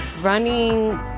Running